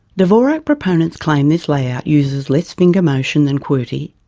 dvorak proponents claim this layout uses less finger motion than qwerty,